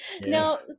Now